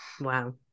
Wow